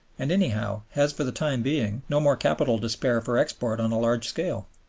and, anyhow, has for the time being no more capital to spare for export on a large scale.